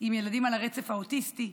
עם ילדים על הרצף האוטיסטי,